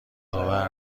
آور